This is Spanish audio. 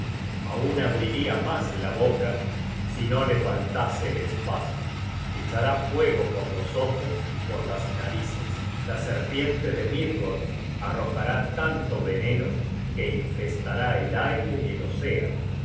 difuntos content from google book search generated at espacio echará fuego por los ojos y por las narices la serpiente de midgord arrojará tanto veneno que infestará el aire y el océano